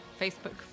Facebook